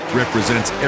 represents